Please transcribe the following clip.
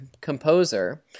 composer